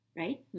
right